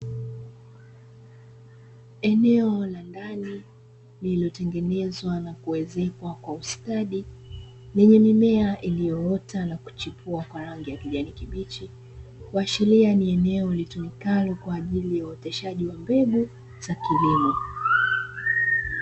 Eneo la ndani lililotengenezwa na kuezekwa kwa ustadi, lenye mimea iliyoota na kuchipua kwa rangi ya kijani kibichi, kuashiria ni eneo ni tumikalo kwa ajili ya uoteshaji mbegu za kilimo.